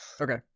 Okay